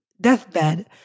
deathbed